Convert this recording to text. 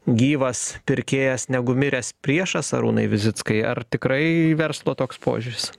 gyvas pirkėjas negu miręs priešas arūnai vizickai ar tikrai verslo toks požiūris